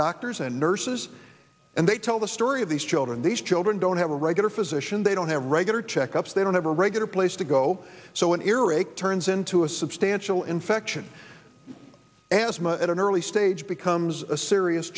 doctors and nurses and they tell the story of these children these children don't have a regular physician they don't have regular checkups they don't have a regular place to go so an earache turns into a substantial infection as much at an early stage becomes a serious